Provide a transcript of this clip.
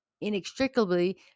inextricably